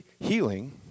healing